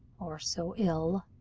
or so ill.